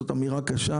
זו אמירה קשה,